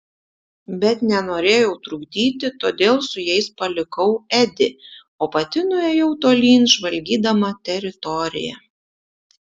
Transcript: bet nenorėjau trukdyti todėl su jais palikau edį o pati nuėjau tolyn žvalgydama teritoriją